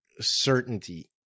certainty